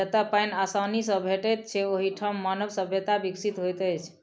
जतअ पाइन आसानी सॅ भेटैत छै, ओहि ठाम मानव सभ्यता विकसित होइत अछि